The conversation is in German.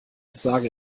sage